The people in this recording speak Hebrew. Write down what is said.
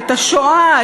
את השואה,